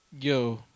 Yo